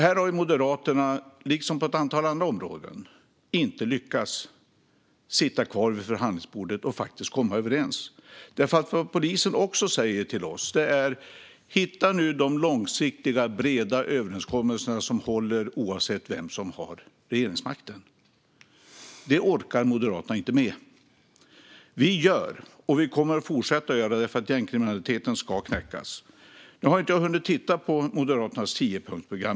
Här, liksom på ett antal andra områden, har Moderaterna inte lyckats sitta kvar vid förhandlingsbordet och faktiskt komma överens. Det polisen säger till oss är nämligen: "Hitta nu de långsiktiga, breda överenskommelserna som håller oavsett vem som har regeringsmakten!" Det orkar Moderaterna inte med. Vi gör, och vi kommer att fortsätta göra. Gängkriminaliteten ska knäckas. Jag har inte hunnit titta på Moderaternas tiopunktsprogram.